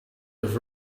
with